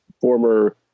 former